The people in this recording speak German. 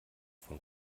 von